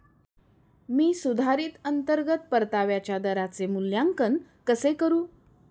मी सुधारित अंतर्गत परताव्याच्या दराचे मूल्यांकन कसे करू?